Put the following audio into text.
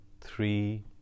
three